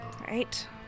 right